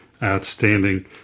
Outstanding